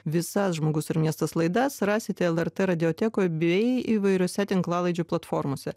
visas žmogus ir miestas laidas rasite lrt ratiokejoj bei įvairiose tinklalaidžių platformose